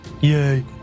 Yay